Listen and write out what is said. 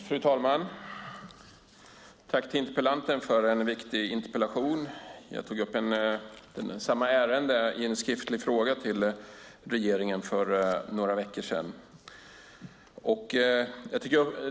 Fru talman! Jag tackar interpellanten för en viktig interpellation. Jag tog upp samma ärende i en skriftlig fråga till regeringen för några veckor sedan.